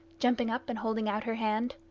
jumping up and holding out her hand.